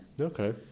Okay